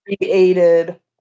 created